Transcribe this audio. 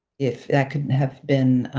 if that could have been